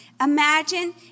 Imagine